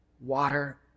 water